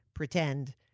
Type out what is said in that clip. pretend